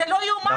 זה לא יאומן.